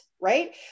Right